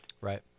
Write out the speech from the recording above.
Right